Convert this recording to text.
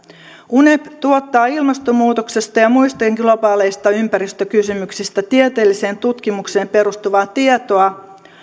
unep tuottaa ilmastonmuutoksesta ja muista globaaleista ympäristökysymyksistä tieteelliseen tutkimukseen perustuvaa tietoa ja